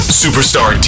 superstar